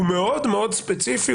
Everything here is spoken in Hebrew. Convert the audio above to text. הוא מאוד מאוד ספציפי,